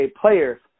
players